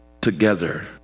together